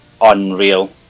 unreal